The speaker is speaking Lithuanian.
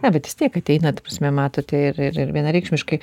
ne bet vis tiek ateina ta prasme matote ir ir ir vienareikšmiškai